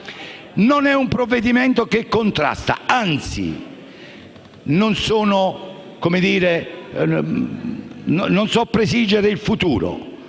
Non è un provvedimento che contrasta, anzi, non so prevedere il futuro